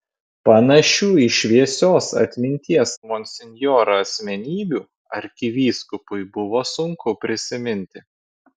panašių į šviesios atminties monsinjorą asmenybių arkivyskupui buvo sunku prisiminti